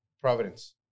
Providence